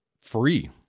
free